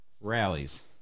Rallies